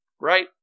right